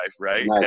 Right